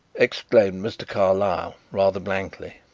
exclaimed mr. carlyle, rather blankly.